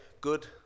good